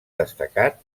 destacat